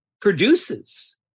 produces